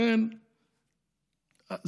דרך אגב,